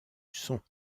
son